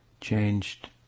changed